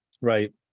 right